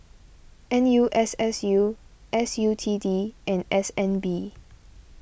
N U S S U S U T D and S N B